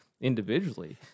individually